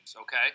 okay